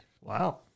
wow